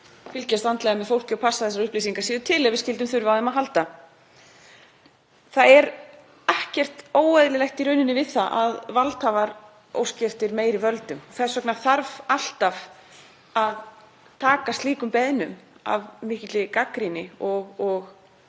fylgjast vandlega með fólki og passa að þessar upplýsingar séu til ef við skyldum þurfa á þeim að halda. Það er ekkert óeðlilegt í rauninni við það að valdhafar óski eftir meiri völdum. Þess vegna þarf alltaf að taka slíkum beiðnum af mikilli gagnrýni og með